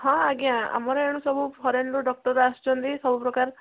ହଁ ଆଜ୍ଞା ଆମର ଏଣୁ ସବୁ ଫରେନରୁ ଡ଼କ୍ଟର ଆସୁଛନ୍ତି ସବୁପ୍ରକାର